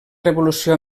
revolució